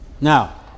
Now